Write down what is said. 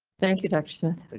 thank you doctor smith. but